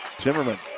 Timmerman